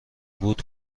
بود